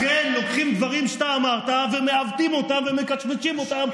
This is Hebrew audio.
לכן לוקחים דברים שאתה אמרת ומעוותים אותם ומקווצ'צ'ים אותם,